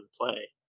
play